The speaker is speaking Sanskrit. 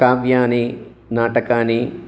काव्यानि नाटकानि